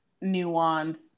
nuance